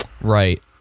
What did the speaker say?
right